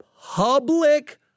public